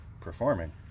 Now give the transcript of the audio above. performing